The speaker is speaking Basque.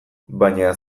baina